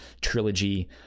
trilogy